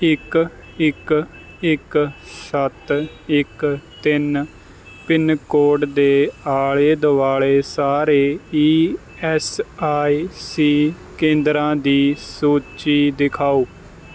ਇੱਕ ਇੱਕ ਇੱਕ ਸੱਤ ਇੱਕ ਤਿੰਨ ਪਿੰਨ ਕੋਡ ਦੇ ਆਲੇ ਦੁਆਲੇ ਸਾਰੇ ਈ ਐੱਸ ਆਈ ਸੀ ਕੇਂਦਰਾਂ ਦੀ ਸੂਚੀ ਦਿਖਾਓ